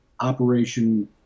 Operation